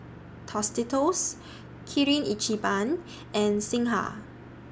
Tostitos Kirin Ichiban and Singha